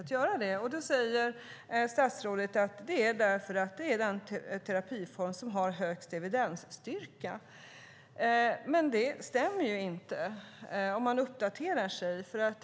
Statsrådet säger att det är för att KBT är den terapiform som har högst evidensstyrka. Men det stämmer inte, vilket man ser om man uppdaterar sig.